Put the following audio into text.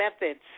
methods